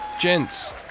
Gents